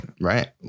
Right